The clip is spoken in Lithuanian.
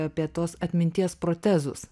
apie tuos atminties protezus